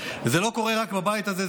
זה לא קורה רק בבית הזה,